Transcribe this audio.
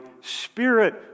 Spirit